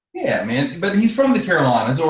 yeah man, but he's from the carolina so